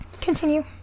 continue